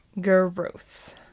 Gross